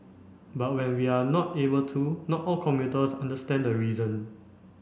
but when we are not able to not all commuters understand the reason